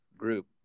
group